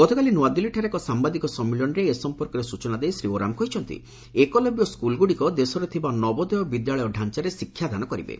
ଗତକାଲି ନ୍ତଆଦିଲ୍ଲୀଠାରେ ଏକ ସାମ୍ଭାଦିକ ସମ୍ମିଳନୀରେ ଏ ସଂପର୍କରେ ସ୍ତଚନା ଦେଇ ଶୀ ଓରାମ କହିଛନ୍ତି ଏକଲବ୍ୟ ସ୍କୁଲ୍ଗ୍ରଡ଼ିକ ଦେଶରେ ଥିବା ନବୋଦୟ ବିଦ୍ୟାଳୟ ଡ଼ାଞ୍ଚାରେ ଶିକ୍ଷାଦାନ କରିବେ